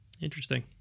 Interesting